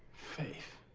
faith.